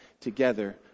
together